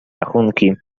rachunki